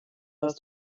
was